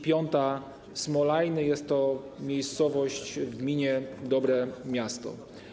Piąta - Smolajny; jest to miejscowość w gminie Dobre Miasto.